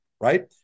Right